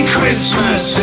Christmas